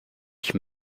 ich